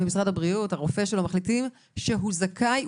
משרד הבריאות והרופא שלו מחליטים שהוא זכאי,